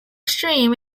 stream